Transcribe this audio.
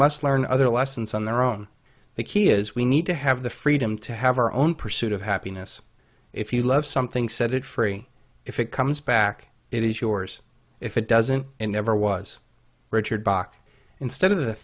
must learn other lessons on their own the key is we need to have the freedom to have our own pursuit of happiness if you love something set it free if it comes back it is yours if it doesn't and never was richard bach instead of the